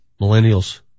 millennials